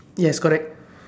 yes correct